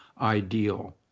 ideal